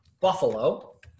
Buffalo